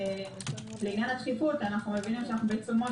ולעניין הדחיפות אנו מבינים שאנו בעיצומו